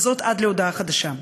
עד להודעה חדשה.